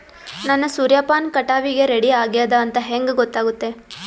ನನ್ನ ಸೂರ್ಯಪಾನ ಕಟಾವಿಗೆ ರೆಡಿ ಆಗೇದ ಅಂತ ಹೆಂಗ ಗೊತ್ತಾಗುತ್ತೆ?